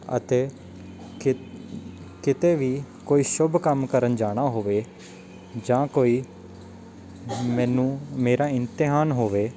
ਅਤੇ ਖਿ ਕਿਤੇ ਵੀ ਕੋਈ ਸ਼ੁੱਭ ਕੰਮ ਕਰਨ ਜਾਣਾ ਹੋਵੇ ਜਾਂ ਕੋਈ ਮੈਨੂੰ ਮੇਰਾ ਇਮਤਿਹਾਨ ਹੋਵੇ